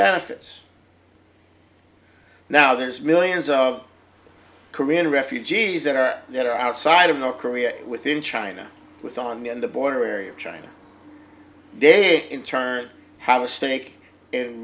benefits now there's millions of korean refugees that are that are outside of north korea within china with on the on the border area of china they in turn have a stake in